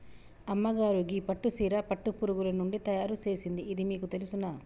అమ్మగారు గీ పట్టు సీర పట్టు పురుగులు నుండి తయారు సేసింది ఇది మీకు తెలుసునా